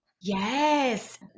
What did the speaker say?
yes